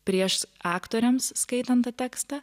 prieš aktoriams skaitant tą tekstą